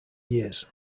years